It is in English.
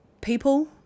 people